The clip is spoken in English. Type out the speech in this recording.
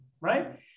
right